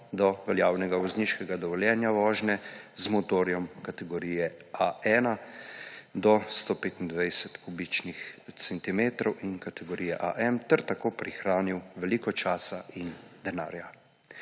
do veljavnega vozniškega dovoljenja vožnje z motorjem kategorije A1 do 125 kubičnih centimetrov in kategorije AM ter tako prihranil veliko časa in denarja.